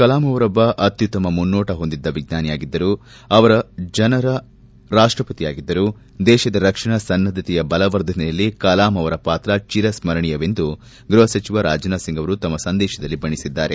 ಕಲಾಂ ಅವರೊಬ್ಬ ಅತ್ಯುತ್ತಮ ಮುನ್ನೋಟ ಹೊಂದಿದ್ದ ವಿಜ್ಞಾನಿಯಾಗಿದ್ದರು ಅವರು ಜನರ ರಾಷ್ಷಪತಿಯಾಗಿದ್ದರು ದೇಶದ ರಕ್ಷಣಾ ಸನ್ನದ್ದತೆಯ ಬಲವರ್ಧನೆಯಲ್ಲಿ ಕಲಾಂ ಅವರ ಪಾತ್ರ ಚಿರಸ್ತರಣೀಯವೆಂದು ಗ್ಬಹ ಸಚಿವ ರಾಜನಾಥ್ಸಿಂಗ್ ಅವರು ತಮ್ಮ ಸಂದೇಶದಲ್ಲಿ ಬಣ್ಣಿಸಿದ್ದಾರೆ